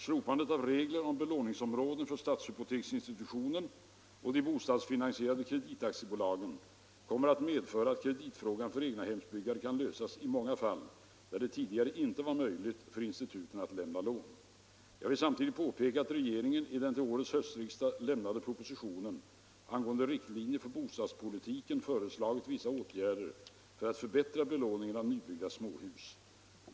Slopandet av regler om belåningsområden för stadshypoteksinstitutionen och de bostadsfinansierande kreditaktiebolagen kommer att medföra att kreditfrågan för egnahemsbyggare kan lösas i många fall där det tidigare inte var möjligt för instituten att lämna lån. Jag vill samtidigt påpeka att regeringen i den till årets höstriksdag avlämnade propositionen angående riktlinjer för bostadspolitiken föreslagit vissa åtgärder för att förbättra belåningen av nybyggda småhus.